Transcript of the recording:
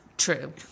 True